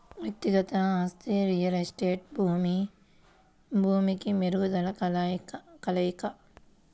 వ్యక్తిగత ఆస్తి రియల్ ఎస్టేట్అనేది భూమి, భూమికి మెరుగుదలల కలయిక